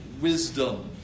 wisdom